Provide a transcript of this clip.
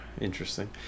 interesting